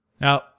Now